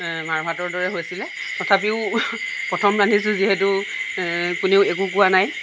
মাৰভাতৰ দৰে হৈছিলে তথাপিও প্ৰথম ৰান্ধিছোঁ যিহেতু কোনেও একো কোৱা নাই